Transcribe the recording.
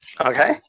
Okay